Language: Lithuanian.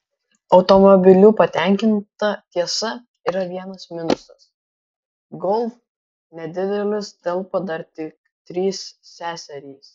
automobiliu patenkinta tiesa yra vienas minusas golf nedidelis telpa dar tik trys seserys